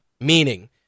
meaning